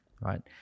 right